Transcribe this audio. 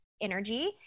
energy